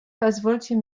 позвольте